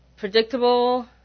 Predictable